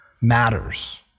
matters